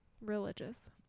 Religious